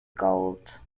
gold